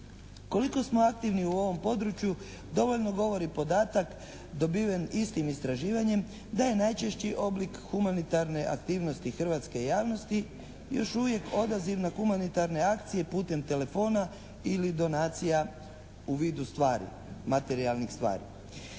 Koliko smo aktivni u ovom području dovoljno govori podatak dobiven istim istraživanjem da je najčešći oblik humanitarne aktivnosti hrvatske javnosti još uvijek odaziv na humanitarne akcije putem telefona ili donacija u vidu stvari, materijalnih stvari.